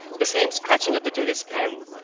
the same scratching of the judge's pen,